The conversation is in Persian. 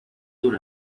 ظهر